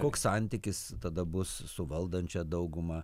koks santykis tada bus su valdančia dauguma